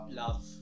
love